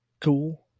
Cool